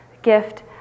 gift